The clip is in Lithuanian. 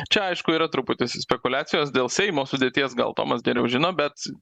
čia aišku yra truputis spekuliacijos dėl seimo sudėties gal tomas geriau žino bet